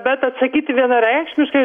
bet atsakyti vienareikšmiškai